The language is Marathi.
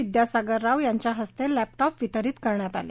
विद्यासागर राव यांच्याहस्ते लॅपटॉप वितरीत करण्यात आले